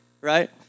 right